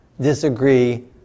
disagree